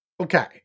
Okay